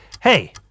Hey